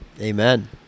amen